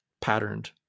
patterned